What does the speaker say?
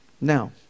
Now